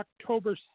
October